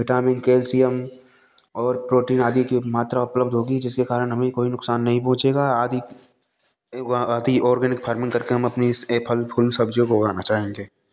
vitamin calcium और protein आदि की मात्रा उपलब्ध होगी जिसके कारण हमें कोई नुकसान नहीं पहुँचेगा आदि अथी ऑर्गेनिक फार्मिंग करके हम अपनी फल फूल सब्ज़ियों को उगाना चाहेंगे